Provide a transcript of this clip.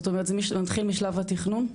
זאת אומרת זה מתחיל משלב התכנון,